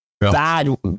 Bad